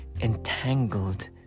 entangled